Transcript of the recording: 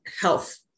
health